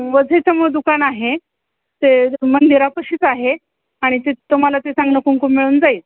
वझेचं मग दुकान आहे ते मंदिरापाशीच आहे आणि ते तुम्हाला ते चांगलंं कुंकू मिळून जाईल